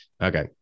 okay